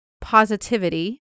positivity